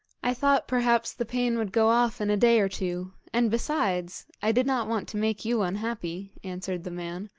i thought perhaps the pain would go off in a day or two and, besides, i did not want to make you unhappy answered the man,